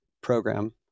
program